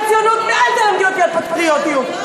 ציונות ואל תלמדי אותי על פטריוטיות.